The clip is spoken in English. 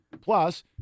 Plus